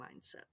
mindset